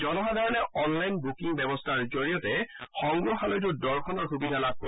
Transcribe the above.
জনসাধাৰণে online booking ব্যৱস্থাৰ জৰিয়তে সংগ্ৰহালয়টো দৰ্শনৰ সুবিধা লাভ কৰিব